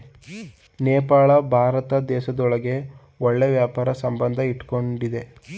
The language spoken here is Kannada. ನೇಪಾಳ ಭಾರತ ದೇಶದೊಂದಿಗೆ ಒಳ್ಳೆ ವ್ಯಾಪಾರ ಸಂಬಂಧ ಇಟ್ಕೊಂಡಿದ್ದೆ